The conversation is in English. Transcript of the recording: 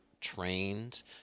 trained